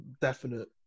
definite